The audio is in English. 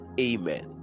Amen